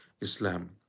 Islam